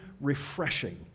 refreshing